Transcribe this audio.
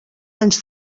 anys